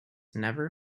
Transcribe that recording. never